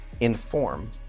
inform